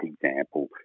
example